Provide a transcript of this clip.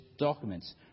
documents